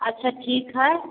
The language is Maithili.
अच्छा ठीक हइ